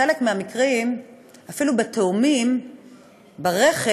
בחלק מהמקרים שיש תאומים ברחם,